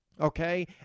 Okay